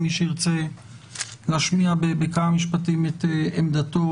מי שירצה להשמיע בכמה משפטים את עמדתו,